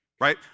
right